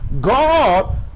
god